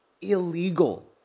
illegal